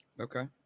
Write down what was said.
okay